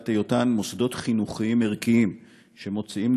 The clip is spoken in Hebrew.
מפאת היותם מוסדות חינוכיים ערכיים שמוציאים